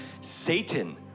Satan